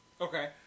Okay